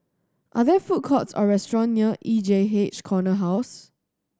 are there food courts or restaurant near E J H Corner House